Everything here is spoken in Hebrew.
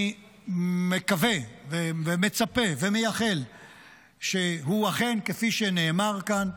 אני מקווה ומצפה ומייחל שהוא אכן, כפי שנאמר כאן,